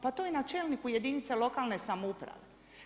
Pa to je na čelniku jedinice lokalne samouprave.